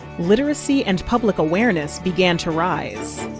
literacy, and public awareness, began to rise.